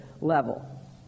level